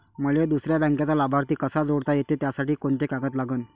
मले दुसऱ्या बँकेचा लाभार्थी कसा जोडता येते, त्यासाठी कोंते कागद लागन?